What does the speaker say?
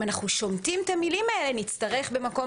אם אנחנו שומטים את המילים האלה נצטרך במקום